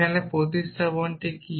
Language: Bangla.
একটি প্রতিস্থাপন কি